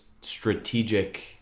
strategic